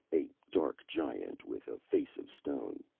a dark giant with a face of stone.